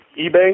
eBay